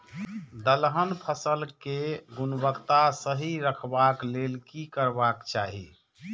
दलहन फसल केय गुणवत्ता सही रखवाक लेल की करबाक चाहि?